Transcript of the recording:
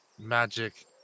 Magic